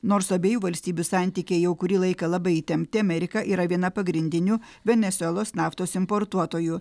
nors abiejų valstybių santykiai jau kurį laiką labai įtempti amerika yra viena pagrindinių venesuelos naftos importuotojų